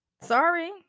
sorry